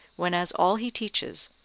whenas all he teaches,